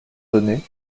donné